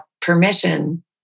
permission